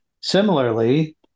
Similarly